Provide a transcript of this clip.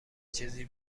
چیزی